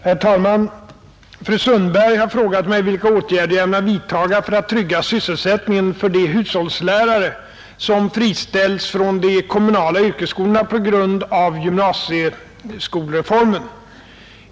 Herr talman! Fru Sundberg har frågat mig, vilka åtgärder jag ämnar vidtaga för att trygga sysselsättningen för de hushållslärare som friställs från de kommunala yrkesskolorna på grund av gymnasieskolreformen.